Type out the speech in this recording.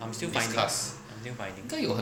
I'm still finding I'm still finding